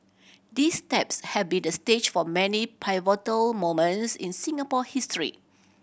these steps had been the stage for many pivotal moments in Singapore history